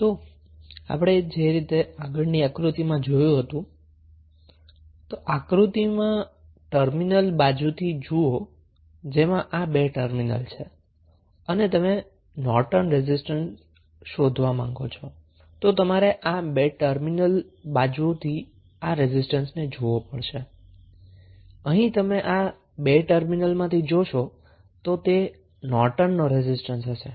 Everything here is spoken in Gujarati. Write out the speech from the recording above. તો આપણે જે રીતે આગળ ની આકૃતિમાં જોયું હતું તેમ જ્યારે તમે આકૃતિમાં ટર્મિનલ બાજુથી જુઓ જેમાં આ 2 ટર્મિનલ છે અને તમે નોર્ટન રેઝિસ્ટન્સ શોધવા માંગો છો તો તમારે આ 2 ટર્મિનલ બાજુથી આ રેઝિસ્સ્ટન્સને જોવુ પડશે અહીં તમે આ 2 ટર્મિનલમાંથી જોશો તો તે નોર્ટનનો રેઝિસ્ટન્સ હશે